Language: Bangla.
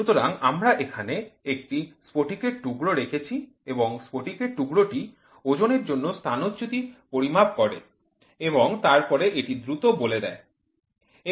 সুতরাং আমরা এখানে একটি স্ফটিকের টুকরো রেখেছি এবং স্ফটিকের টুকরটি ওজনের জন্য স্থানচ্যুতি পরিমাপ করে এবং তারপরে এটি দ্রুত বলে দেয়